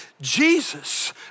Jesus